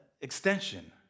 extension